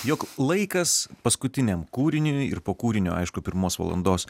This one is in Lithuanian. jog laikas paskutiniam kūriniui ir po kūrinio aišku pirmos valandos